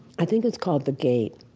i think it's called the gate.